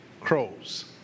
Crows